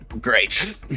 Great